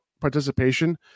participation